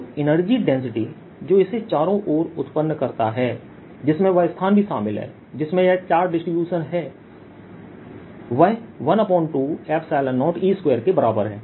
तो energy density जो इसे चारों ओर उत्पन्न करता है जिसमें वह स्थान भी शामिल है जिसमें यह चार्ज डिसटीब्यूशन है वह 120E2 के बराबर है